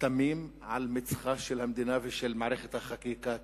מהכתמים על מצחה של המדינה ושל מערכת החקיקה כאן.